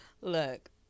Look